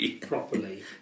properly